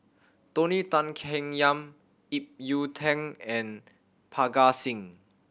Tony Tan Keng Yam Ip Yiu Tung and Parga Singh